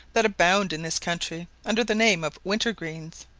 that abound in this country, under the name of winter-greens,